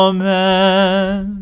Amen